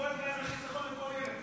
אני דואג להם לחיסכון לכל ילד, מה אתם רוצים?